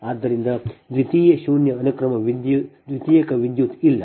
ಆದ್ದರಿಂದ ದ್ವಿತೀಯ ಶೂನ್ಯ ಅನುಕ್ರಮ ದ್ವಿತೀಯಕ ವಿದ್ಯುತ್ಇಲ್ಲ್ಲ